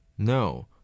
No